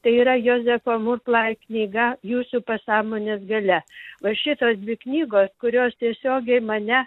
tai yra josefo murplai knyga jūsų pasąmonės galia va šitos dvi knygos kurios tiesiogiai mane